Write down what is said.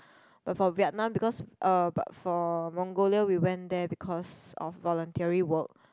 but for Vietnam because um but for Mongolia we went there because of voluntary work